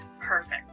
perfect